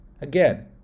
Again